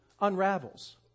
unravels